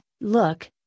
look